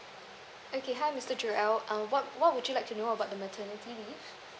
okay hi mister joel uh what what would you like to know about the maternity leave